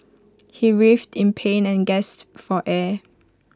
he writhed in pain and gasped for air